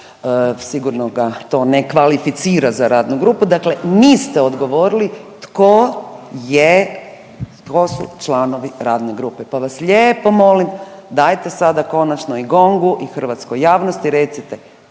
sigurno ga to ne kvalificira za radnu grupu, dakle niste odgovorili tko je, tko su članovi radne grupe, pa vas lijepo molim dajte sada konačno i Gongu i hrvatskoj javnosti recite